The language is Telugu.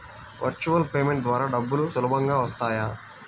వర్చువల్ పేమెంట్ ద్వారా డబ్బులు సులభంగా వస్తాయా?